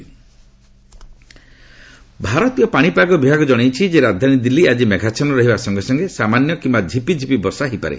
ଓଡ଼େଦର ଭାରତୀୟ ପାଣିପାଗ ବିଭାଗ ଜଣାଇଛି ରାଜଧାନୀ ଦିଲ୍ଲୀ ଆଜି ମେଘାଛନ୍ନ ରହିବା ସଙ୍ଗେ ସଙ୍ଗେ ସାମାନ୍ୟ କିୟା ଝିପିଝିପି ବର୍ଷା ହୋଇପାରେ